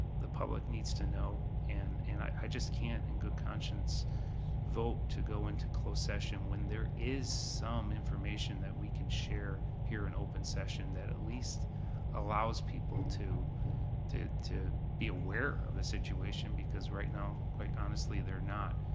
the public needs to know. and and i just can't in good conscience vote to go into closed session when there is some information that we can share here in open session at least allows people to to be aware of the situation, because right now, quite honestly, they're not.